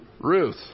Ruth